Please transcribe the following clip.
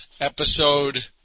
Episode